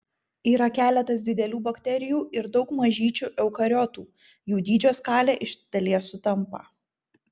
yra keletas didelių bakterijų ir daug mažyčių eukariotų jų dydžio skalė iš dalies sutampa